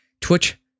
Twitch